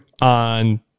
on